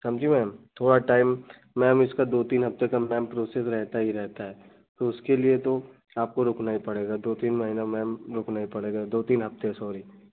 समझी मैम थोड़ा time ma'am इसका दो तीन हफ़्ते का मैम प्रोसेस रहता ही रहता है तो उसके लिए तो आपको रुकना ही पड़ेगा दो तीन महीना मैम रुकना ही पड़ेगा दो तीन हफ़्ते सॉरी